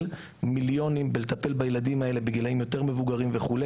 מיליונים בלטפל בילדים האלה בגילאים יותר מבוגרים וכו'.